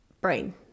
brain